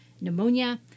pneumonia